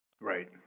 Right